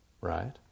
right